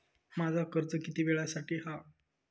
माझा कर्ज किती वेळासाठी हा?